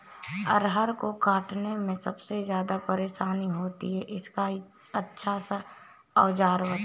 अरहर को काटने में सबसे ज्यादा परेशानी होती है इसका अच्छा सा औजार बताएं?